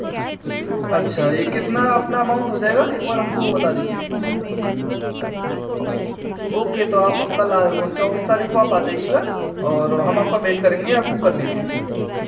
अच्छा ये कितना अपना अमाउंट हो जाएगा एक बार हमको बता दीजिए ओके तो आप कल आ चौबीस तारीख को आप आ जाइएगा और हम आपका वेट करेंगे आप बुक कर लीजिए